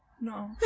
No